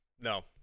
no